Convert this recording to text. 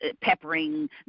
peppering